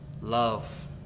love